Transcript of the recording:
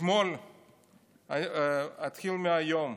אתחיל מהיום: